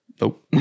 Nope